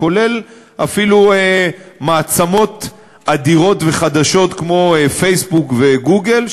כולל אפילו מעצמות אדירות וחדשות כמו פייסבוק וגוגל,